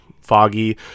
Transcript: foggy